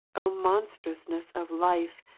o monstrousness of life,